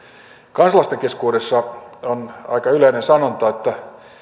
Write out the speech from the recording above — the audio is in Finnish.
kansalaisten keskuudessa on aika yleinen sanonta että